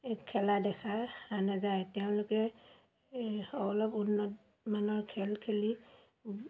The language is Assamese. এই খেলা দেখা নাযায় তেওঁলোকে এই অলপ উন্নতমানৰ খেল খেলি